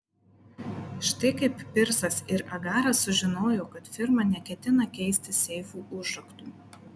štai kaip pirsas ir agaras sužinojo kad firma neketina keisti seifų užraktų